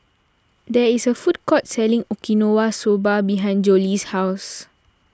there is a food court selling Okinawa Soba behind Jolie's house